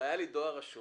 היה לי דואר רשום